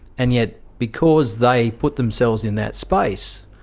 and yet because they put themselves in that space,